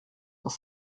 dans